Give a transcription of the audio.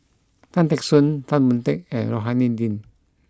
Tan Teck Soon Tan Boon Teik and Rohani Din